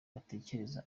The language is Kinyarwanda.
batekereza